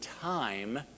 time